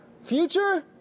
future